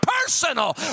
personal